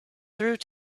through